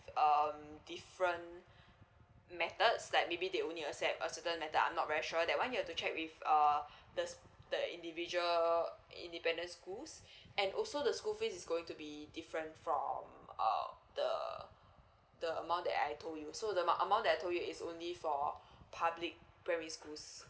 um different methods like maybe they only accept a certain method I'm not very sure that one you have to check with err the s~ the individual independent schools and also the school fees is going to be different from um the the amount that I told you so the amount amount that I told you is only for public primary schools